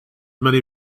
many